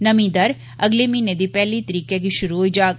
नमीं दर अगले म्हीने दी पैहली तरीकै गी शुरू होई जाग